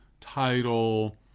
title